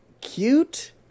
cute